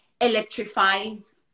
electrifies